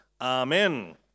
Amen